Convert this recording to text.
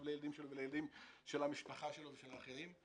לילדים שלו ולילדים של המשפחה שלו ושל האחרים.